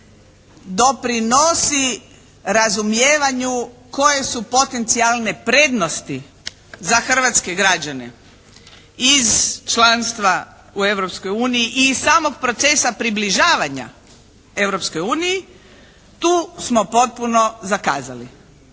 doprinosi razumijevanju koje su potencijalne prednosti za hrvatske građane iz članstva u Europskoj uniji i iz samog procesa približavanja Europskoj uniji. Tu smo potpuno zakazali.